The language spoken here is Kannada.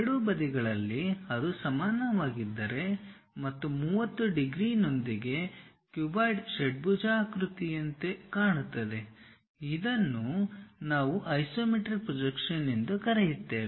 ಎರಡೂ ಬದಿಗಳಲ್ಲಿ ಅದು ಸಮಾನವಾಗಿದ್ದರೆ ಮತ್ತು 30 ಡಿಗ್ರಿನೊಂದಿಗೆ ಕ್ಯೂಬಾಯ್ಡ್ ಷಡ್ಭುಜಾಕೃತಿಯಂತೆ ಕಾಣುತ್ತದೆ ಇದನ್ನು ನಾವು ಐಸೊಮೆಟ್ರಿಕ್ ಪ್ರೊಜೆಕ್ಷನ್ ಎಂದು ಕರೆಯುತ್ತೇವೆ